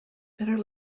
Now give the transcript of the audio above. better